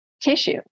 tissue